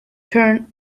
turn